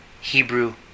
Hebrew